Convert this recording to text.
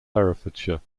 herefordshire